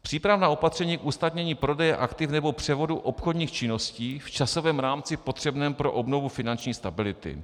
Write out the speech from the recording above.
q) přípravná opatření k usnadnění prodeje aktiv nebo převodu obchodních činností v časovém rámci potřebném pro obnovu finanční stability,